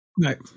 Right